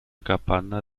capanna